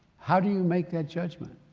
how do you make that judgment?